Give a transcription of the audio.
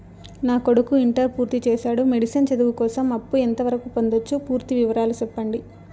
నా కొడుకు ఇంటర్ పూర్తి చేసాడు, మెడిసిన్ చదువు కోసం అప్పు ఎంత వరకు పొందొచ్చు? పూర్తి వివరాలు సెప్పండీ?